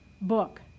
book